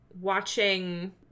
watching